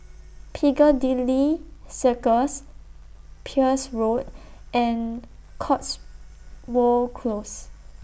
Piccadilly Circus Peirce Road and Cotswold Close